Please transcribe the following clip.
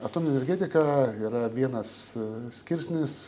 atominė energetika yra vienas skirsnis